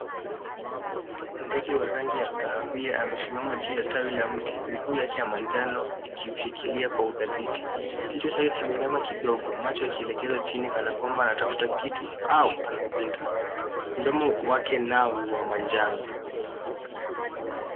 Ndege wa rangi ya kahawia amesimama juu ya tawi la mti, miguu yake ya manjano ikiushikilia kwa uthabiti kichwa chake kimeinama kidogo macho yakielekeza chini kana kwamba anatafuta kitu au anawinda, mdomo wake nao ni wa manjano.